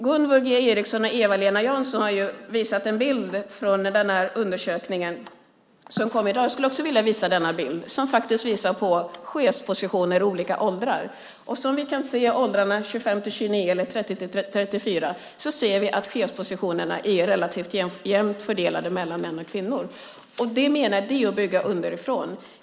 Gunvor G Ericson och Eva-Lena Jansson har båda visat en bild från undersökningen som kom i dag. Jag vill också visa den. Här ser man chefspositioner i olika åldrar. I åldrarna 25-29 och 30-34 ser vi att chefspositionerna är relativt jämnt fördelade mellan män och kvinnor. Det är att bygga underifrån.